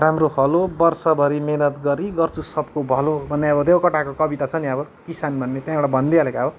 राम्रो हलो वर्षभरी मेहेनत गरी गर्छु सबको भलो भन्ने अब देवकोटाको कविता छ नि अब किसान भन्ने त्यहाँबाट भनिदिहालेको अब